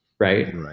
Right